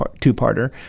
two-parter